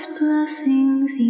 blessings